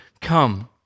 come